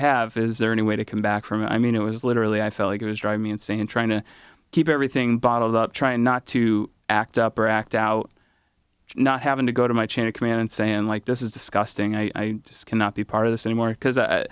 have is there any way to come back from it i mean it was literally i felt like it was driving me insane trying to keep everything bottled up trying not to act up or act out not having to go to my chain of command and saying like this is disgusting i just cannot be part of this anymore because